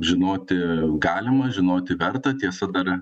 žinoti galima žinoti verta tiesa dar